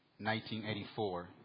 1984